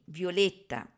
violetta